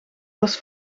was